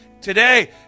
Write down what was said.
Today